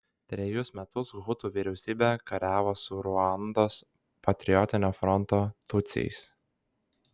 trejus metus hutų vyriausybė kariavo su ruandos patriotinio fronto tutsiais